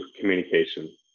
communication